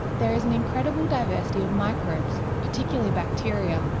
there is an incredible diversity of microbes, particularly bacteria,